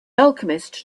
alchemist